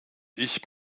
ich